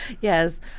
yes